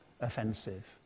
offensive